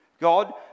God